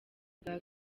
bwa